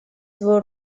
свою